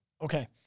okay